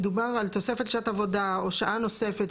מדובר על תוספת לשעות עבודה או שעה נוספת.